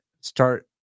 start